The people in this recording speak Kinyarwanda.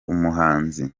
umuhanzi